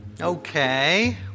Okay